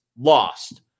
lost